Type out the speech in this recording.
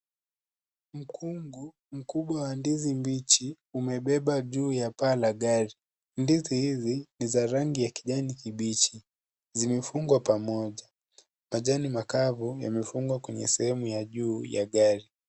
Mkungu mkubwa wa ndizi mbichi, amebebwa juu ya paa la gari. Ndizi hizi ni za rangi ya kijani kibichi. Zimefungwa pamoja. Majani makavu yamefungwa kwenye sehemu ya juu ya gari.